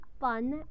fun